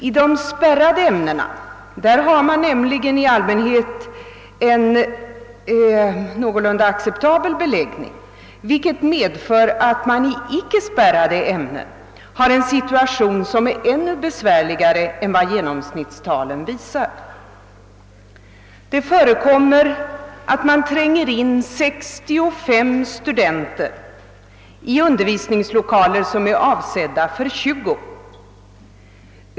I de spärrade ämnena har man nämligen i allmänhet en någorlunda acceptabel beläggning, vilket medför att i icke spärrade ämnen situationen är ännu besvärligare än vad genomsnittstalen visar. Det förekommer sålunda att man tränger ihop 65 studenter i undervisningslokaler som är avsedda för 20.